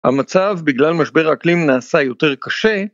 המצב בגלל משבר האקלים נעשה יותר קשה